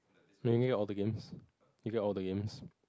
get all the games you get all the games